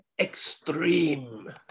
Extreme